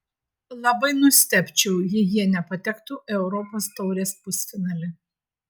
labai nustebčiau jei jie nepatektų į europos taurės pusfinalį